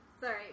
Sorry